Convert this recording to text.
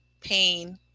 pain